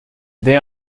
they